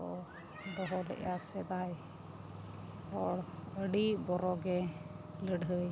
ᱠᱚ ᱫᱚᱦᱚ ᱞᱮᱜᱼᱟ ᱥᱮᱫᱟᱭ ᱦᱚᱲ ᱟᱹᱰᱤ ᱵᱚᱨᱚ ᱜᱮ ᱞᱟᱹᱲᱦᱟᱹᱭ